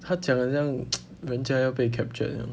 他讲得很像人家要被 captured 这样